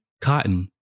cotton